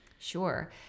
sure